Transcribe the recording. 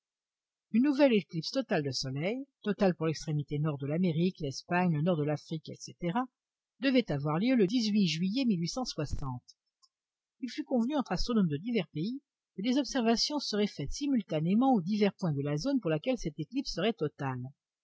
une nouvelle éclipse totale de soleil totale pour l'extrémité nord de l'amérique l'espagne le nord de l'afrique etc devait avoir lieu le juillet il fut convenu entre astronomes de divers pays que des observations seraient faites simultanément aux divers points de la zone pour laquelle cette éclipse serait totale